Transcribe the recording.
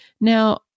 Now